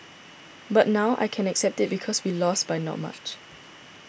but now I can accept it because we lost by not much